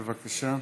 בבקשה.